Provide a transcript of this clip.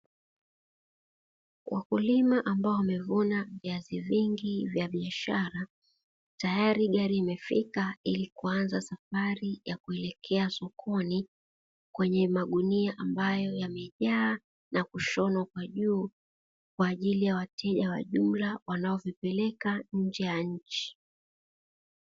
Wakulima ambao wamevuna viazi vingi vya biashara, tayari gari imefika ili kuanza safari ya kuelekea sokoni, kwenye magunia ambayo yamejaa na kushonwa kwa juu, kwa ajili ya wateja wa jumla wanaovipeleka nje ya nchi.